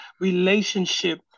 relationship